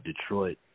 Detroit